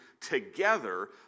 together